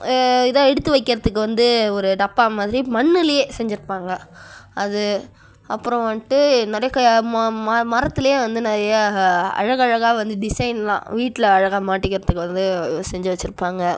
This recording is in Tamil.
இதை எடுத்து வைக்கிறதுக்கு வந்து ஒரு டப்பா மாதிரி மண்ணுலையே செஞ்சுருப்பாங்க அது அப்புறம் வன்ட்டு நிறையா மரத்திலயே வந்து நிறையா அழகழகாக வந்து டிசைன்லாம் வீட்டில் அழகாக மாட்டிக்கிறதுக்கு வந்து செஞ்சு வச்சுருப்பாங்க